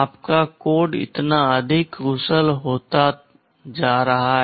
आपका कोड इतना अधिक कुशल होता जा रहा है